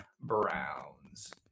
Browns